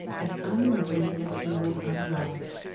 as unlovely as he was unloved.